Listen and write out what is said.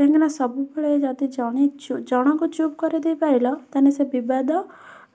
କାହିଁକିନା ସବୁବେଳେ ଯଦି ଜଣେ ଜଣଙ୍କୁ ଚୁପ୍ କରାଇଦେଇ ପାରିଲ ତା'ହେଲେ ସେ ବିବାଦ